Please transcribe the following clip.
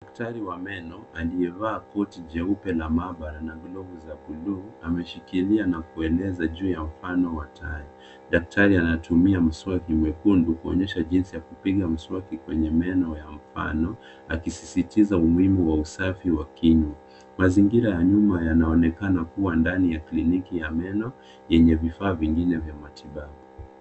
Daktari wa meno aliyevalia koti jeupe la maabara na glovu za buluu ameshikilia na kueneza juu ya mfano wa tai. Daktari ameshikilia mswaki mwekundu kuonyesha jinsi ya kupiga mswaki kwenye meno ya mfano akisistiza umuhimu wa usafi wa kinywa. Mazingira ya nyuma yanaonekana kuwa ndani ya kliniki ya meno yenye vifaa vyengine vya matibabu.